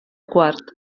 quart